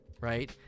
right